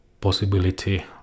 possibility